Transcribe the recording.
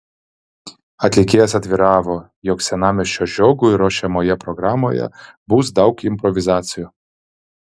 atlikėjas atviravo jog senamiesčio žiogui ruošiamoje programoje bus daug improvizacijų